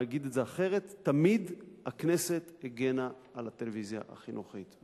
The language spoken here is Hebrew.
אגיד את זה אחרת: תמיד הכנסת הגנה על הטלוויזיה החינוכית,